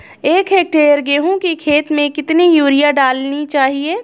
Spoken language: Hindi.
एक हेक्टेयर गेहूँ की खेत में कितनी यूरिया डालनी चाहिए?